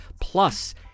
plus